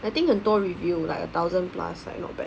I think 很多 review like a thousand plus like not bad